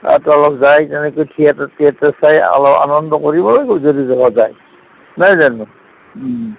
তাতো অলপ যায় তেনেকৈ থিয়েটাৰ টিয়েটাৰ চাই অলপ আ আনন্দ কৰিব লাগিব যদি যোৱা যায় নহয় জানো